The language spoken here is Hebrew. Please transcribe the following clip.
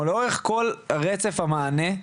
או לאורך כל רצף המענה,